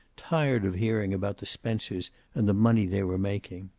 tired of hearing about the spencers and the money they were making.